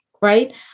Right